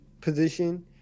position